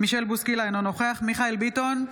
מישל בוסקילה, אינו נוכח מיכאל מרדכי ביטון,